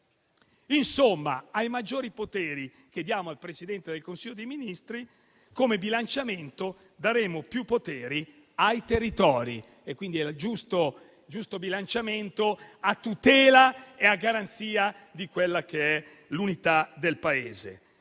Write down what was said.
Insomma, ai maggiori poteri che diamo al Presidente del Consiglio dei ministri, come bilanciamento, daremo più poteri ai territori. Era il giusto bilanciamento a tutela e a garanzia dell'unità del Paese.